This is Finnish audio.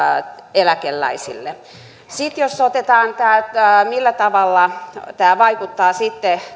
eläkeläisille sitten jos otetaan tämä että millä tavalla tämä vaikuttaa sitten